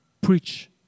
preach